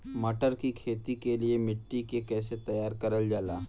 मटर की खेती के लिए मिट्टी के कैसे तैयार करल जाला?